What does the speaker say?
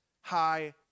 High